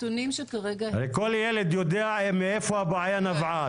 הרי כל ילד יודע מאיפה הבעיה נבעה,